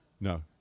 No